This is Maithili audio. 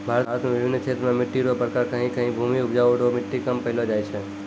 भारत मे बिभिन्न क्षेत्र मे मट्टी रो प्रकार कहीं कहीं भूमि उपजाउ रो मट्टी कम पैलो जाय छै